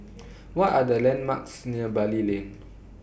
What Are The landmarks near Bali Lane